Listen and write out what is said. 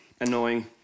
Annoying